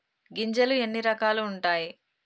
గింజలు ఎన్ని రకాలు ఉంటాయి?